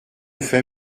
fait